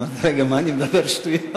אמרתי: מה אני מדבר שטויות?